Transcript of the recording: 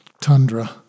Tundra